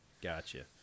Gotcha